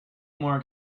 more